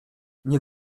nie